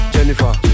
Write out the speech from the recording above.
Jennifer